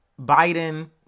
biden